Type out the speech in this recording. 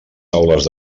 taules